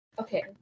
Okay